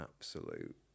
absolute